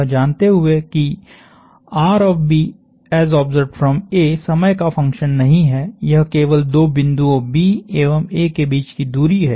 यह जानते हुए कि समय का फंक्शन नहीं है यह केवल दो बिंदुओं B एवं A के बीच की दूरी है